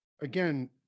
again